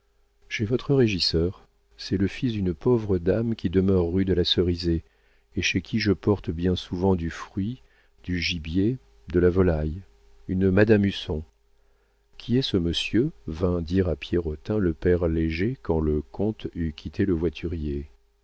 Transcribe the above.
chez votre régisseur c'est le fils d'une pauvre dame qui demeure rue de la cerisaie et chez qui je porte bien souvent du fruit du gibier de la volaille une madame husson qui est ce monsieur vint dire à pierrotin le père léger quand le comte eut quitté le voiturier